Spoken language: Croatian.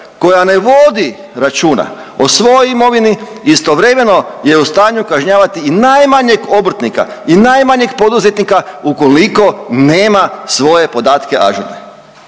koja ne vodi računa o imovini istovremeno je u stanju kažnjavati i najmanjeg obrtnika i najmanjeg poduzetnika ukoliko nema svoje podatke ažurne.